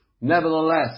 Nevertheless